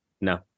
No